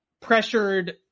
pressured